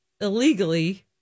illegally